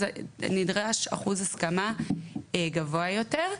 נדרש אחוז הסכמה גבוה יותר,